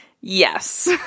Yes